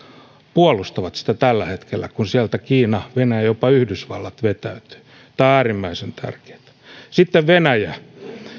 puolustavat sitä tällä hetkellä kun sieltä kiina venäjä ja jopa yhdysvallat vetäytyvät niin me paitsi edustustoverkon kautta myös yhdessä sitä puolustamme tämä on äärimmäisen tärkeätä sitten venäjä